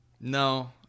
No